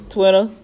Twitter